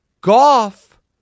Goff